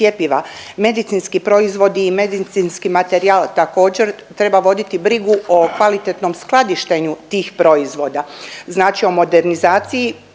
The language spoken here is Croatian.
medicinski proizvodi i medicinski materijal. Također treba voditi brigu o kvalitetnom skladištenju tih proizvoda, znači o modernizaciji